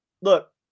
Look